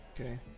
okay